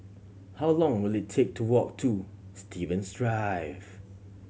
how long will it take to walk to Stevens Drive